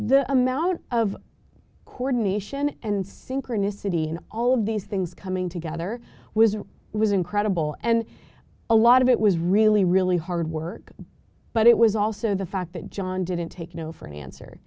the amount of coordination and synchronicity and all of these things coming together was it was incredible and a lot of it was really really hard work but it was also the fact that john didn't take no for an answer